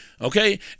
okay